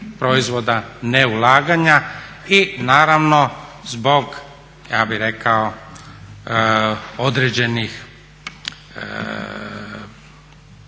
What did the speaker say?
proizvoda ne ulaganja i naravno zbog ja bih rekao određenih strahova